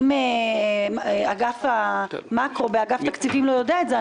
אם אגף המאקרו באגף תקציבים לא יודע את זה,